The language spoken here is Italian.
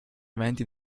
eventi